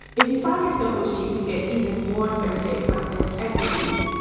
if you find yourself wishing you could get even more thursday content every week.